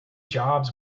jobs